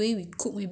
did you find it